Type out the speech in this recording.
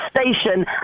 station